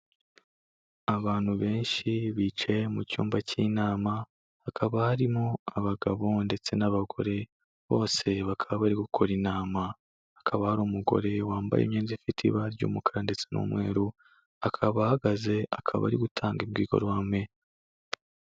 Abantu benshi bicaye mu cyumba cy'inama, hakaba harimo abagabo ndetse n'abagore, bose bakaba bari gukora inama. Hakaba hari umugore wambaye imyenda ifite ibara ry'umukara ndetse n'umweru, akaba ahagaze, akaba ari gutanga imbwirwaruhame.